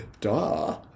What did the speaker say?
Duh